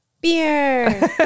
Beer